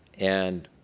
and